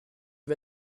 vas